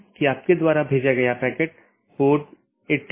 क्योंकि यह एक बड़ा नेटवर्क है और कई AS हैं